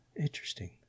Interesting